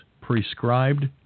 prescribed